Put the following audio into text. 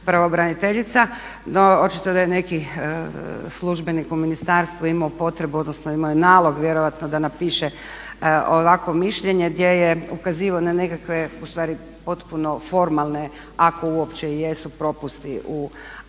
pravobraniteljica. No očito da je neki službenik u ministarstvu imao potrebu, odnosno imao je nalog vjerojatno da napiše ovakvo mišljenje gdje je ukazivao na nekakve ustvari formalne, ako uopće i jesu propusti u radu